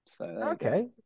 Okay